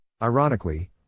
Ironically